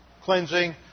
cleansing